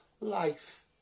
life